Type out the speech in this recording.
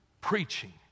preaching